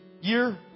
year